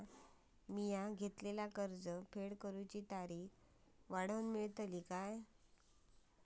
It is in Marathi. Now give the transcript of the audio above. मी घेतलाला कर्ज फेड करूची तारिक वाढवन मेलतली काय?